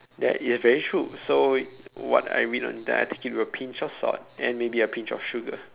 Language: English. that yes very true so what I mean that I take it with a pinch of salt and maybe a pinch of sugar